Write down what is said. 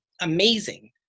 amazing